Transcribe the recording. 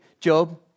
job